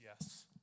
yes